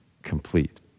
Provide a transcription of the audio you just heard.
Complete